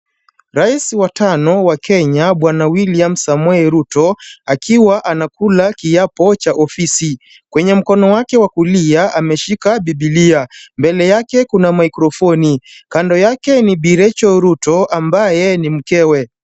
Rais wa tano wa Kenya Bwana William Samoei Ruto akiwa anakula kiapo cha ofisi. Kwenye mkono wake wa kulia ameshika Bibilia. Mbele yake kuna microphoni . Kando yake ni Bi Rachael Ruto ambaye ni mkewe.